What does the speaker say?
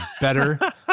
better